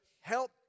help